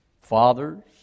fathers